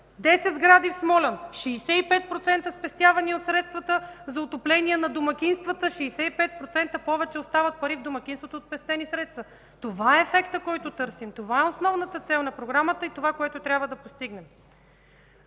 сгради в Смолян – 65% спестяване от средствата за отопление на домакинствата, 65% повече остават пари в домакинството от спестени средства. Това е ефектът, който търсим, това е основната цел на Програмата и това, което трябва да постигнем.